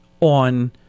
on